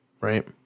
right